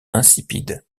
insipide